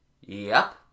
Yep